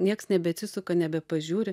nieks nebeatsisuka nebepažiūri